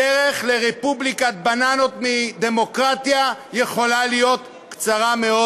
הדרך לרפובליקת בננות מדמוקרטיה יכולה להיות קצרה מאוד.